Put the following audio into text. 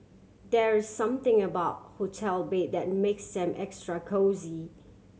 there's something about hotel bed that makes them extra cosy